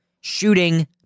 shooting